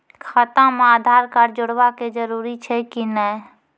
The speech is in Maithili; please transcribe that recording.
खाता म आधार कार्ड जोड़वा के जरूरी छै कि नैय?